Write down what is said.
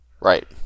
Right